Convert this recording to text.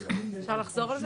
אפשר לחזור על זה?